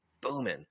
booming